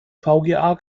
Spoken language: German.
vga